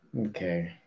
Okay